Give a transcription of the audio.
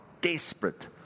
desperate